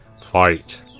fight